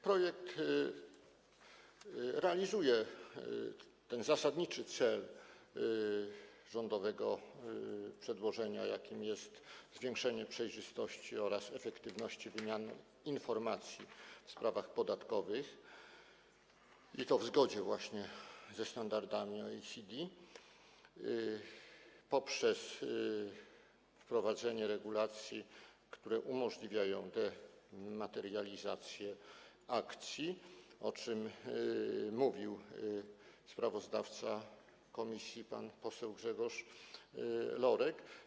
Projekt realizuje ten zasadniczy cel przedłożenia rządowego, jakim jest zwiększenie przejrzystości oraz efektywności wymiany informacji w sprawach podatkowych, i to w zgodzie właśnie ze standardami OECD poprzez wprowadzenie regulacji, które umożliwiają dematerializację akcji, o czym mówił sprawozdawca komisji pan poseł Grzegorz Lorek.